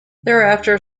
thereafter